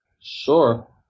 Sure